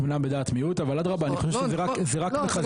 אומנם בדעת מיעוט, אבל עד רבה, זה רק מחזק.